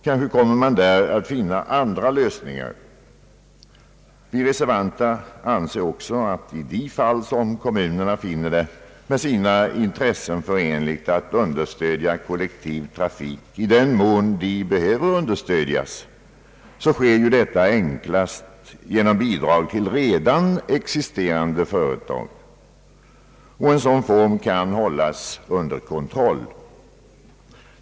Kanske kommer man där att finna and ra lösningar. Vi reservanter anser också att i de fall då kommunerna finner det med sina intressen förenligt att understödja kollektiv trafik, i den mån den behöver understödjas, sker detta enklast genom bidrag till redan existerande företag. En sådan form kan hållas under kontroll.